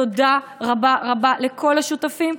תודה רבה רבה לכל השותפים.